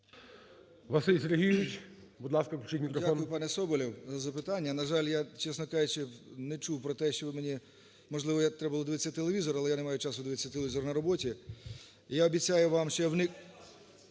Василь Сергійович, будь ласка, включіть мікрофон. 13:40:30 ГРИЦАК В.С. Дякую, пане Соболєв, за запитання. На жаль, я, чесно кажучи, не чув про те, що ви мені, можливо, треба було дивитися телевізор, але я не маю часу дивитися телевізор на роботі. Я обіцяю вам, що я…